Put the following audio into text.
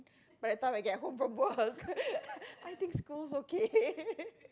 by the time I get home from work I think scold okay